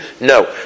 No